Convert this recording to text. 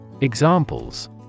Examples